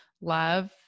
love